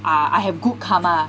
err I have good karma